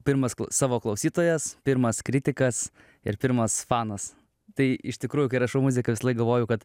pirmas savo klausytojas pirmas kritikas ir pirmas fanas tai iš tikrųjų kai rašau muziką visąlaik galvoju kad